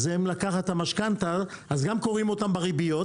אז גם קורעים אותם בריביות